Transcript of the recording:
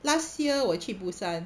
last year 我去 busan